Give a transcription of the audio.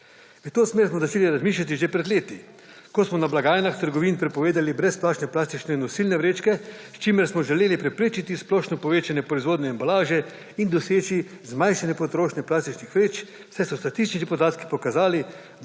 V to smer smo začeli razmišljati že pred leti, ko smo na blagajnah trgovin prepovedali brezplačne plastične nosilne vrečke, s čimer smo želeli preprečiti splošno povečanje proizvodnje embalaže in doseči zmanjšanje potrošnje plastičnih vrečk, saj so statistični podatki pokazali,